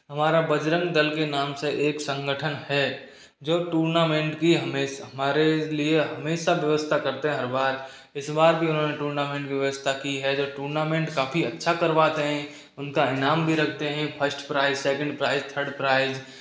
हमारा बजरंग दल के नाम से एक संगठन है जो टूर्नामेंट की हमारे लिए हमेशा व्यवस्था करते हैं हर बार इस बार भी उन्होंने टूर्नामेंट की व्यवस्था की है जो टूर्नामेंट काफ़ी अच्छा करवाते हैं उनका नाम भी रखते हैं first prize second prize third prize